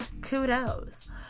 Kudos